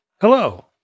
Hello